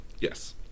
Yes